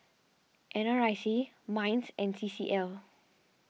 N R I C Minds and C C L